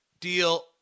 deal